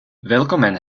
välkommen